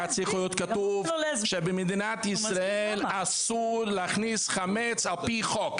צריך להיות כתוב שבמדינת ישראל אסור להכניס חמץ על פי חוק,